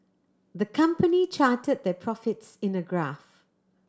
the company charted their profits in a graph